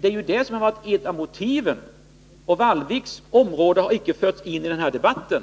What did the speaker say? Det har ju varit ett av motiven. Och Vallvik har inte förekommit i den här debatten.